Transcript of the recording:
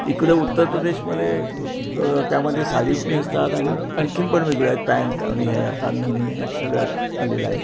इकडं उत्तर प्रदेशमध्ये त्यामध्ये साडी नेसतात आणि आणखी पण वेगळे आहेत पॅन्ट आणि हे आता नवीन हे सगळं आलेलं आहे